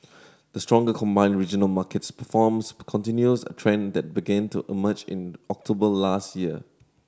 the stronger combined regional markets performance continues a trend that began to emerge in October last year